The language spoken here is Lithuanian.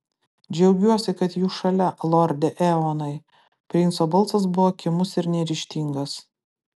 džiaugiuosi kad jūs šalia lorde eonai princo balsas buvo kimus ir neryžtingas